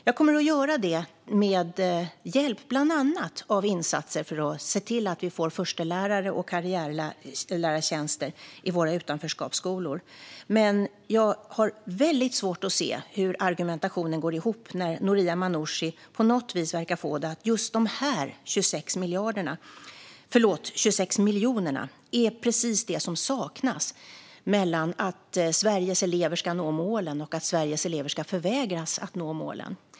Jag kommer att göra det med hjälp av bland annat insatser för att se till att vi får förstelärare och karriärlärartjänster i våra utanförskapsskolor. Jag har dock väldigt svårt att se hur argumentationen går ihop när Noria Manouchi på något vis verkar få det till att just de 26 miljonerna är precis det som saknas när det gäller att Sveriges elever ska nå målen eller att Sveriges elever ska förvägras att nå målen.